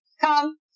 come